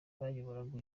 bayoboraga